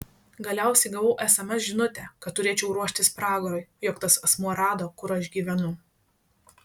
galiausiai gavau sms žinutę kad turėčiau ruoštis pragarui jog tas asmuo rado kur aš gyvenu